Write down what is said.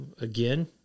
again